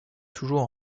toujours